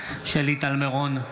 שלי טל מירון,